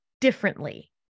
differently